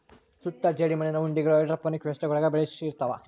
ಸುಟ್ಟ ಜೇಡಿಮಣ್ಣಿನ ಉಂಡಿಗಳು ಹೈಡ್ರೋಪೋನಿಕ್ ವ್ಯವಸ್ಥೆಗುಳ್ಗೆ ಬೆಶಿರ್ತವ